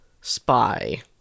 spy